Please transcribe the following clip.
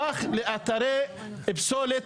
הפך לאתר פסולת.